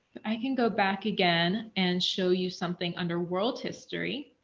i can go back again and show you something under world history.